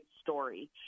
story